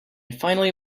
finally